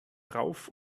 rauf